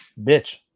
Bitch